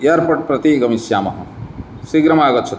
airport प्रति गमिष्यामः शीघ्रम् आगच्छतु